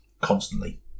constantly